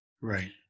Right